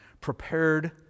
prepared